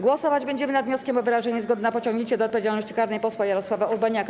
Głosować będziemy nad wnioskiem o wyrażenie zgody na pociągnięcie do odpowiedzialności karnej posła Jarosława Urbaniaka.